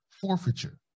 forfeiture